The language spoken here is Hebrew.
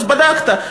אז בדקת,